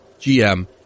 GM